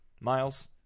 Miles